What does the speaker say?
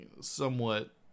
somewhat